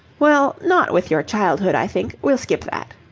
well, not with your childhood, i think. we'll skip that.